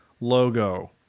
logo